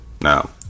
Now